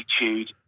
attitude